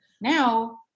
Now